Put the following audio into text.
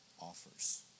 offers